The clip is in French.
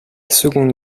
seconde